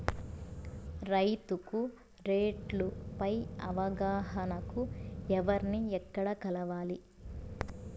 రైతుకు రేట్లు పై అవగాహనకు ఎవర్ని ఎక్కడ కలవాలి?